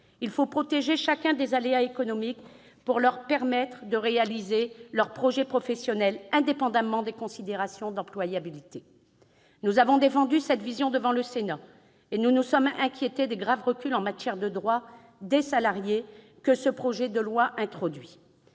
Il faut protéger chacun des aléas économiques pour leur permettre de réaliser leurs projets professionnels indépendamment des considérations d'employabilité. Nous avons défendu cette vision devant le Sénat et nous nous sommes inquiétés des graves reculs en matière de droits des salariés que ce projet de loi introduit.